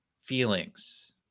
feelings